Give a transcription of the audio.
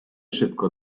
szybko